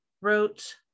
wrote